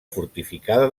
fortificada